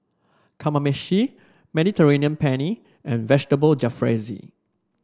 Kamameshi Mediterranean Penne and Vegetable Jalfrezi